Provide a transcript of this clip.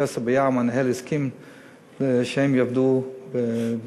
פרופסור ביאר, המנהל, הסכים שהם יעבדו בזיו,